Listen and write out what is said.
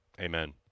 Amen